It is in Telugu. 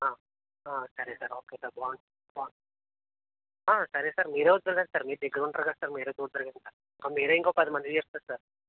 సరే సార్ ఓకే సార్ సరే సార్ మీరు వద్దురు కానీ సార్ మీరు దగ్గర ఉంటారు కదా సార్ మీరు చూద్దురు కానీ సార్ మీరు ఇంకో పదిమందికి చెప్తారు సార్